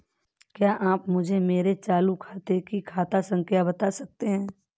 क्या आप मुझे मेरे चालू खाते की खाता संख्या बता सकते हैं?